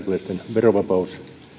verovapaus